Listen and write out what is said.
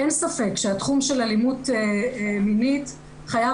אין ספק שהתחום של אלימות מינית חייב